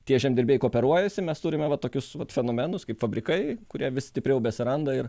tie žemdirbiai kooperuojasi mes turime va tokius vat fenomenus kaip fabrikai kurie vis stipriau besiranda ir